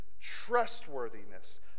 trustworthiness